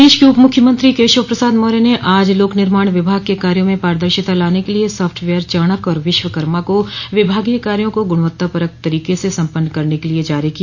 प्रदेश के उप मुख्यमंत्री केशव प्रसाद मौर्या ने आज लोक निर्माण विभाग के कार्यो में पारदर्शिता लाने के लिए साफ्टवेयर चाणक्य और विश्वकर्मा को विभागीय कार्यो को गुणवत्तापरक तरीके से सम्पन्न करने के लिए जारी किया